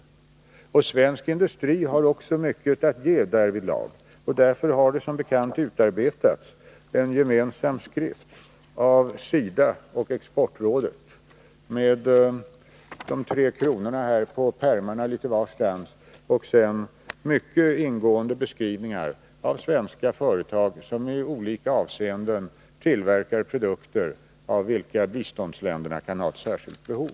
Svensk industri har också mycket att ge därvidlag. Och därför har som bekant gemensamt av SIDA och exportrådet utarbetats en skrift med tre kronor på pärmarna. Där finns mycket ingående beskrivningar av svenska företag som på olika områden tillverkar produkter av vilka biståndsländerna kan ha ett särskilt behov.